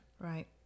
Right